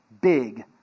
big